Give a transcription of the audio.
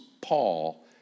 Paul